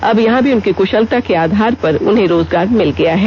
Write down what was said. अब यहां भी उनकी कुषलता के आधार पर उन्हें रोजगार मिल गया है